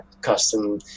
custom